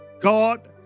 God